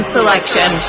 Selection